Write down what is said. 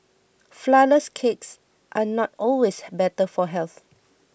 Flourless Cakes are not always better for health